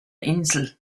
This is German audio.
insel